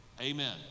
amen